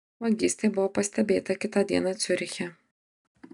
vagystė buvo pastebėta kitą dieną ciuriche